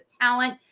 talent